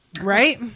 right